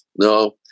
No